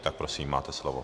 Tak prosím, máte slovo.